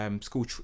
school